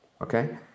okay